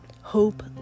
hope